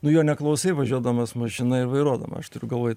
nu jo neklausai važiuodamas mašina ir vairuodamas aš turiu galvoj